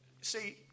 See